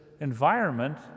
environment